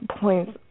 points